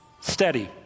steady